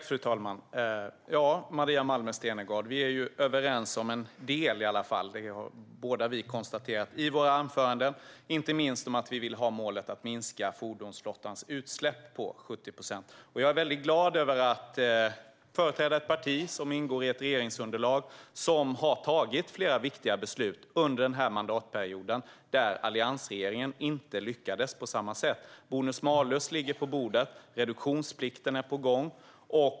Fru talman! Maria Malmer Stenergard och jag är överens om en del i alla fall. Det har vi båda konstaterat i våra anföranden, inte minst när det gäller målet att minska fordonsflottans utsläpp med 70 procent. Jag är glad över att företräda ett parti som ingår i ett regeringsunderlag som har tagit flera viktiga beslut under den här mandatperioden. Alliansregeringen lyckades inte på samma sätt. Bonus-malus ligger på bordet, och reduktionspolitiken är på gång.